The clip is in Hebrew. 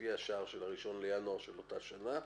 לפי השער של 1 בינואר של אותה שנה.